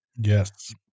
Yes